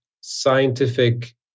scientific